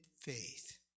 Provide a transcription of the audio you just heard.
faith